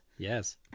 Yes